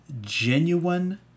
genuine